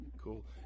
Cool